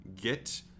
get